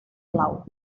clau